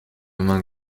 main